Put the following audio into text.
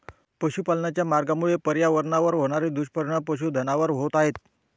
पशुपालनाच्या मार्गामुळे पर्यावरणावर होणारे दुष्परिणाम पशुधनावर होत आहेत